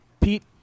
Pete